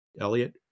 Elliot